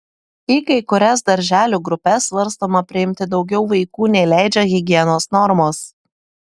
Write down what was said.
į kai kurias darželių grupes svarstoma priimti daugiau vaikų nei leidžia higienos normos